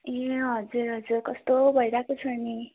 ए हजुर हजुर कस्तो भइरहेको छ नि